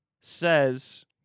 says